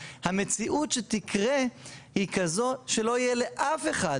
המציאות שתקרה היא כזו שלא יהיה לאף אחד,